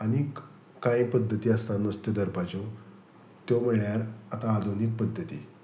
आनीक कांय पद्दती आसता नुस्तें धरपाच्यो त्यो म्हळ्यार आतां आधुनीक पद्दती